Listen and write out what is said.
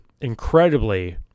incredibly